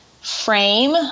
frame